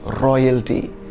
royalty